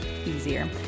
easier